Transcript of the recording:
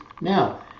Now